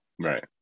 Right